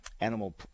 animal